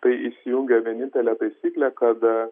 tai įsijungia vienintelė taisyklė kad